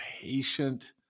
patient